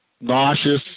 Nauseous